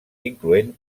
incloent